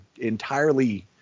entirely